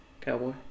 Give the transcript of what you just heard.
Cowboy